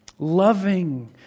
Loving